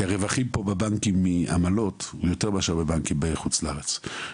כי הרווחים פה בבנקים מעמלות יותר מהבנקים בחוץ לארץ.